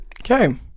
okay